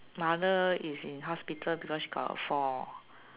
mother is in hospital because she got a fall